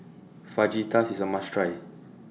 Fajitas IS A must Try